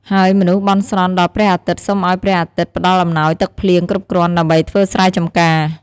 ហើយមនុស្សបន់ស្រន់ដល់ព្រះអាទិត្យសុំឱ្យព្រះអាទិត្យផ្តល់អំណោយទឹកភ្លៀងគ្រប់គ្រាន់ដើម្បីធ្វើស្រែចម្ការ។